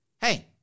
Hey